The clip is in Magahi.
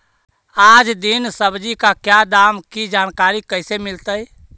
आज दीन सब्जी का क्या दाम की जानकारी कैसे मीलतय?